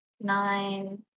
nine